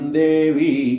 devi